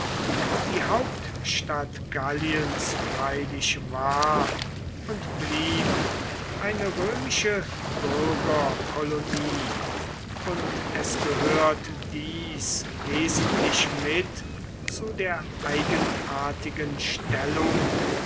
die hauptstadt galliens freilich war und blieb eine römische bürgerkolonie und es gehört dies wesentlich mit zu der eigenartigen stellung